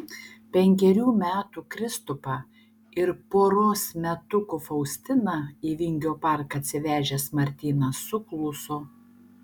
penkerių metų kristupą ir poros metukų faustiną į vingio parką atsivežęs martynas sukluso